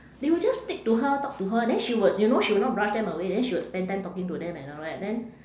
they will just stick to her talk to her then she would you know she would not brush them away then she would spent time talking to them and all that then